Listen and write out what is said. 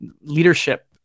leadership